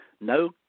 no